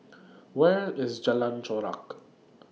Where IS Jalan Chorak